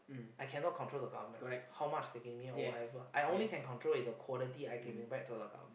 I cannot control the government how much they give me or whatever I only can control is quality I'm giving back to the government